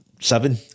seven